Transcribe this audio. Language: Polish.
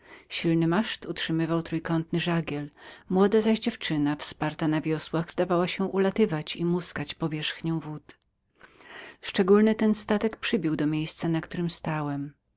silny maszt utrzymywał trój kątny żagiel młoda zaś dziewczyna wsparta na wiosłach zdawała się ulatywać i muskać powierzchnią wód szczególny ten statek przybił do miejsca na którem stałem